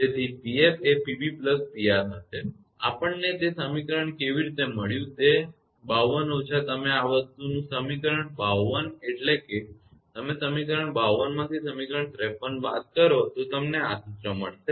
તેથી 𝑃𝑓 એ 𝑃𝑏 𝑃𝑅 હશે આપણે ને તે સમીકરણ કેવી રીતે મળ્યું તે 52 ઓછા તમે આ વસ્તુનું સમીકરણ 52 એટલેકે તમે સમીકરણ 52 માંથી સમીકરણ 53 બાદ કરો તો તમને સૂત્ર મળશે